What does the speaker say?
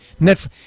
Netflix